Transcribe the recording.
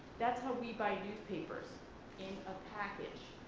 that's how we buy newspapers a ah package,